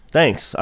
Thanks